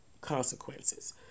consequences